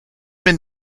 been